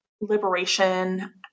liberation